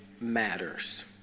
matters